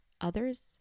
others